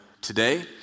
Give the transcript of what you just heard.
today